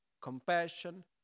compassion